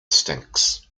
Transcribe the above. stinks